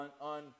on